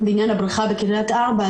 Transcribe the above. בעניין הבריכה בקריית ארבע,